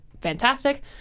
fantastic